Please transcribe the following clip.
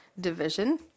division